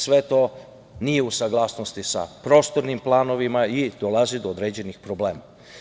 Sve to nije u saglasnosti sa prostornim planovima i dolazi do određenih problema.